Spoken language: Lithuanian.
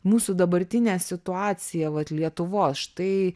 mūsų dabartinė situacija vat lietuvos štai